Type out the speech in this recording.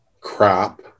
crap